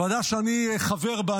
זו ועדה שאני חבר בה.